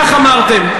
כך אמרתם.